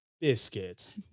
biscuits